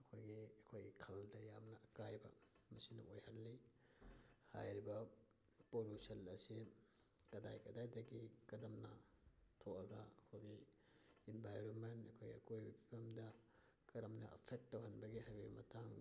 ꯑꯩꯈꯣꯏꯒꯤ ꯑꯩꯈꯣꯏ ꯈꯜꯗ ꯌꯥꯝꯅ ꯑꯀꯥꯏꯕ ꯃꯁꯤꯅ ꯑꯣꯏꯍꯜꯂꯤ ꯍꯥꯏꯔꯤꯕ ꯄꯣꯂꯨꯁꯟ ꯑꯁꯤ ꯀꯗꯥꯏ ꯀꯗꯥꯏꯗꯒꯤ ꯀꯔꯝꯅ ꯊꯣꯛꯑꯒ ꯑꯩꯈꯣꯏꯒꯤ ꯏꯟꯚꯥꯏꯔꯣꯟꯃꯦꯟ ꯑꯩꯈꯣꯏ ꯑꯀꯣꯏꯕꯒꯤ ꯐꯤꯕꯝꯗ ꯀꯔꯝꯅ ꯑꯦꯐꯦꯛ ꯇꯧꯍꯟꯕꯒꯦ ꯍꯥꯏꯕꯒꯤ ꯃꯇꯥꯡꯗ